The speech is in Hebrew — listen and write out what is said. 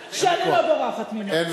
אדוני.